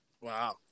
Wow